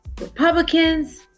Republicans